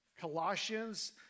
Colossians